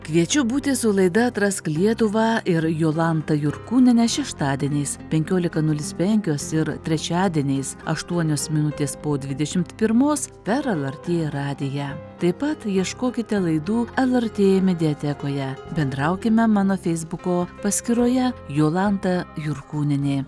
kviečiu būti su laida atrask lietuvą ir jolanta jurkūniene šeštadieniais penkiolika nulis penkios ir trečiadieniais aštuonios minutės po dvidešimt pirmos per lrt radiją taip pat ieškokite laidų lrt mediatekoje bendraukime mano feisbuko paskyroje jolanta jurkūnienė